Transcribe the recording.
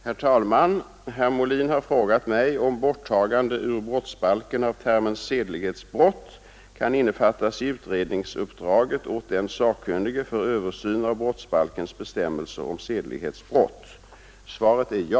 Herr talman! Herr Molin har frågat mig om borttagande ur brottsbalken av termen ”sedlighetsbrott” kan innefattas i utredningsuppdraget åt den sakkunnige för översyn av brottsbalkens bestämmelser om sedlighetsbrott. Svaret är ja.